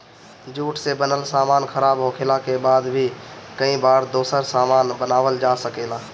jute से बनल सामान खराब होखले के बाद भी कई बार दोसर सामान बनावल जा सकेला